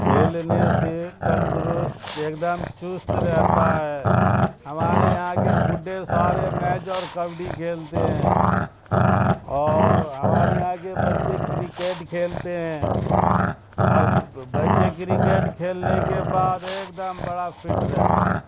کھیلنے سے تندرست ایک دم چست رہتا ہے ہمارے یہاں کے بوڑھے سارے میچ اور کبڈی کھیلتے ہیں اور ہمارے یہاں کے بچے کرکٹ کھیلتے ہیں اور بچے کرکٹ کھیلنے کے بعد ایک دم بڑا فٹ رہتا ہے